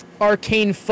Arcane